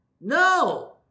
No